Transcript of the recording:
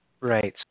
Right